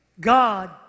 God